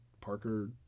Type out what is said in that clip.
Parker